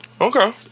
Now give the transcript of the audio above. okay